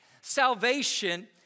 Salvation